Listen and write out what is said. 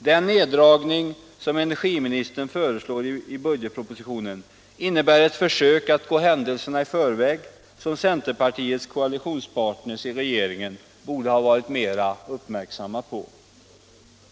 Den neddragning som energiministern föreslår i budgetpropositionen innebär ett försök att gå händelserna i förväg, som centerpartiets koalitionspartner i regeringen borde ha varit mer uppmärksamma på.